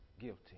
guilty